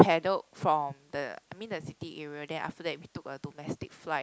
paddled from the I mean the city area then after that we took a domestic flight